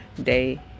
day